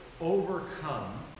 overcome